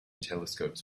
telescopes